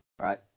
right